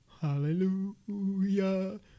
Hallelujah